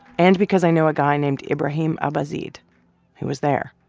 and because i know a guy named ibrahim abouzeid who was there.